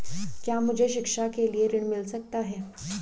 क्या मुझे शिक्षा के लिए ऋण मिल सकता है?